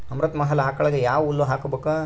ಅಮೃತ ಮಹಲ್ ಆಕಳಗ ಯಾವ ಹುಲ್ಲು ಹಾಕಬೇಕು?